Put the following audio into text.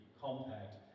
compact